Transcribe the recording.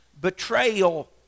betrayal